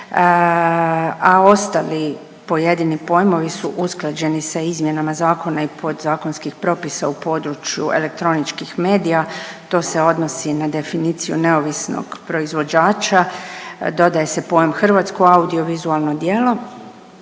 a ostali pojedini pojmovi su usklađeni sa izmjenama zakona i podzakonskih propisa u području elektroničkih medija. To se odnosi na definiciju neovisnog proizvođača, dodaje se pojam hrvatsko audio-vizualno djelo.